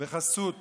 בחסות